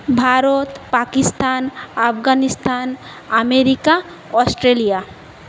Bharat Pakistan Afghanistan America Australia